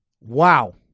Wow